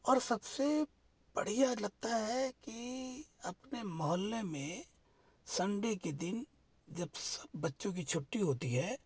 और सबसे बढ़िया लगता है कि अपने मोहल्ले में संडे के दिन जब सब बच्चों की छुट्टी होती है